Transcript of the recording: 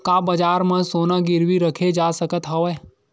का बजार म सोना गिरवी रखे जा सकत हवय?